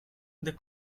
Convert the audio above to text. the